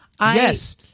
yes